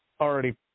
already